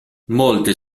molti